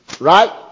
Right